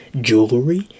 Jewelry